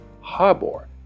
harbor